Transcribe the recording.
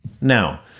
Now